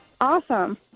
Awesome